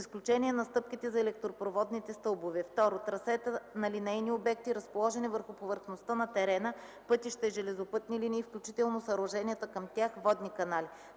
изключение на стъпките на електропроводните стълбове; 2. трасета на линейни обекти, разположени върху повърхността на терена – пътища и железопътни линии, включително съоръженията към тях, водни канали;